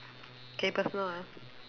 okay personal ah